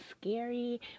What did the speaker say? scary